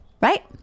Right